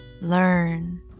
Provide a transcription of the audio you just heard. learn